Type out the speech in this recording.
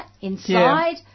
inside